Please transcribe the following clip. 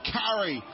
carry